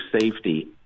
safety